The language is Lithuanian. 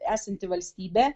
esanti valstybė